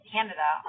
Canada